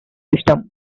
system